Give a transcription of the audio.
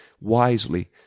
wisely